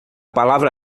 palavra